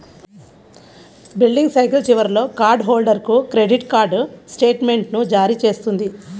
billing cycle చివరిలో card హోల్డర్కు credit card స్టేట్మెంట్ను జారీ చేస్తుంది